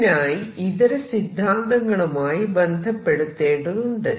ഇതിനായി ഇതര സിദ്ധാന്തങ്ങളുമായി ബന്ധപ്പെടുത്തേണ്ടതുണ്ട്